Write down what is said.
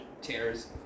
tears